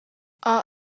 our